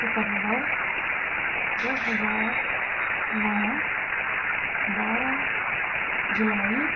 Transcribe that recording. ستمبر دو ہزار نو بارہ جولائی